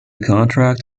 contract